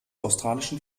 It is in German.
australischen